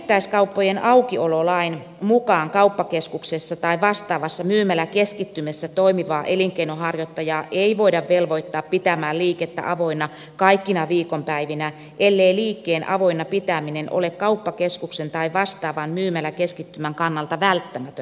vähittäiskauppojen aukiololain mukaan kauppakeskuksessa tai vastaavassa myymäläkeskittymässä toimivaa elinkeinonharjoittajaa ei voida velvoittaa pitämään liikettä avoinna kaikkina viikonpäivinä ellei liikkeen avoinna pitäminen ole kauppakeskuksen tai vastaavan myymäläkeskittymän kannalta välttämätöntä